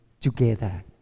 together